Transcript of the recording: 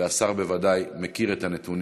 והשר בוודאי מכיר את הנתונים: